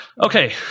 Okay